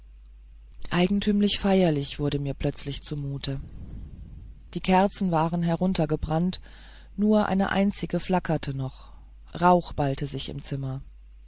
eigentümlich feierlich wurde mir plötzlich zumute die kerzen waren heruntergebrannt nur eine einzige flackerte noch rauch ballte sich im zimmer